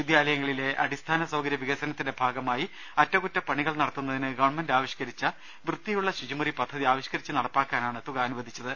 വിദ്യാലയങ്ങ ളിലെ അടിസ്ഥാന സൌകര്യ വികസനത്തിന്റെ ഭാഗമായി അറ്റകുറ്റപണികൾ നടത്തുന്നതിന് ഗവൺമെന്റ് ആവിഷ്കരിച്ച വൃത്തിയുള്ള ശുചിമുറി പദ്ധതി ആവിഷ്കരിച്ച് നടപ്പാക്കാനാണ് തുക അനുവദിച്ചത്